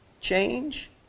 change